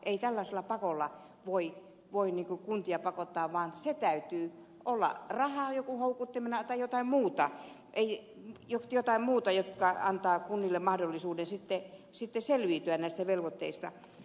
ei tällaisella pakolla voi kuntia pakottaa vaan siinä täytyy olla joko rahan houkuttimena tai jotain muuta eli jos jotain jonkin muun joka antaa kunnille mahdollisuuden selviytyä näistä velvoitteistaan